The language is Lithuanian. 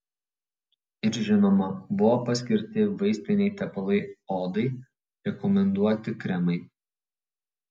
ir žinoma buvo paskirti vaistiniai tepalai odai rekomenduoti kremai